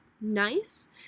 nice